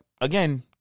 again